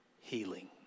healing